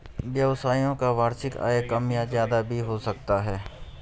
व्यवसायियों का वार्षिक आय कम या ज्यादा भी हो सकता है